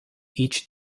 each